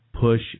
push